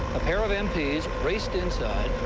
a pair of m p s raced inside.